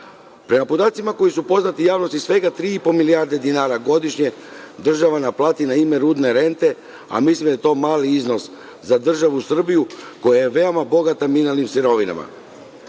Prema podacima koji su poznati javnosti, svega tri i po milijarde dinara godišnje država naplati na ime rudne rente, a mislim da je to mali iznos za državu Srbiju, koja je veoma bogata mineralnim sirovinama. Po